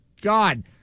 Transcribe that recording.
God